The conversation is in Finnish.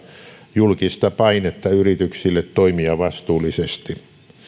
julkista painetta yrityksille toimia vastuullisesti